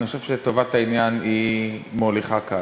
אני חושב שטובת העניין היא המוליכה כאן.